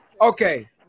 Okay